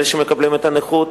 אלה שמקבלים את קצבת הנכות,